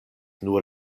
nur